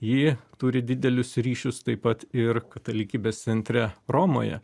ji turi didelius ryšius taip pat ir katalikybės centre romoje